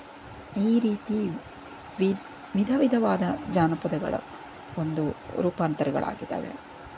ಈ ರೀತಿ ವಿ ವಿಧವಿಧವಾದ ಜಾನಪದಗಳ ಒಂದು ರೂಪಾಂತರಗಳಾಗಿದ್ದಾವೆ